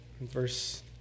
verse